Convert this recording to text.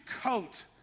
coat